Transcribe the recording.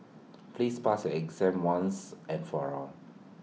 please pass exam once and for all